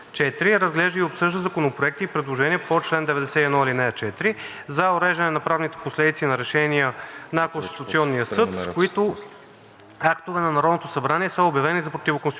разглежда и обсъжда законопроекти и предложения по чл. 91, ал. 4 за уреждане на правните последици на решения на Конституционния съд, с които актове на Народното събрание са обявени за противоконституционни;